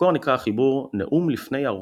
במקור נקרא החיבור "נאום לפני הרוטשילדים".